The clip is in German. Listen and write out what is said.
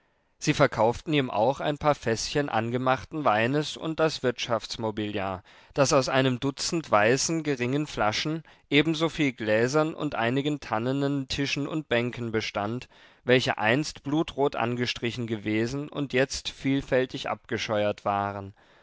sie verkauften ihm auch ein paar fäßchen angemachten weines und das wirtschaftsmobiliar das aus einem dutzend weißen geringen flaschen ebensoviel gläsern und einigen tannenen tischen und bänken bestand welche einst blutrot angestrichen gewesen und jetzt vielfältig abgescheuert waren